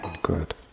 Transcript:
good